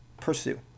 pursue